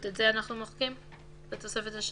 אנחנו מוחקים את סעיף 5 לתוספת השנייה.